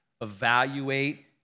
evaluate